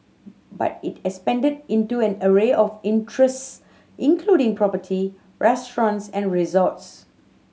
but it expanded into an array of interests including property restaurants and resorts